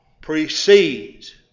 precedes